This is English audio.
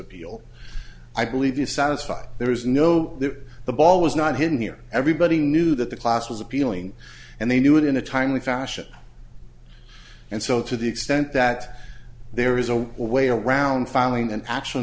appeal i believe you satisfied there is no the ball was not hidden here everybody knew that the class was appealing and they knew it in a timely fashion and so to the extent that there is a way around fouling an act